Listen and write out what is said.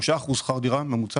3% והמימון